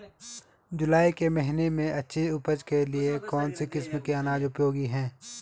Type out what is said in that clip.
जुलाई के महीने में अच्छी उपज के लिए कौन सी किस्म के अनाज उपयोगी हैं?